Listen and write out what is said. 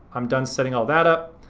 i'm done setting all that up.